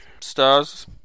Stars